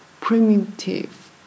primitive